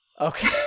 Okay